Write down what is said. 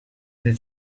did